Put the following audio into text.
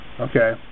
okay